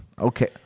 Okay